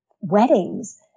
weddings